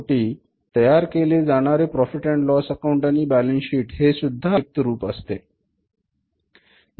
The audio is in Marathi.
शेवटी तयार केले जाणारे प्रॉफिट अँड लॉस अकाउंट आणि बॅलन्स शीट हेसुद्धा आर्थिक व्यवहारांचे संक्षिप्त रूप असते